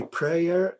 prayer